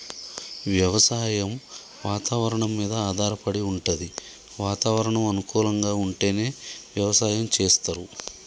వ్యవసాయం వాతవరణం మీద ఆధారపడి వుంటది వాతావరణం అనుకూలంగా ఉంటేనే వ్యవసాయం చేస్తరు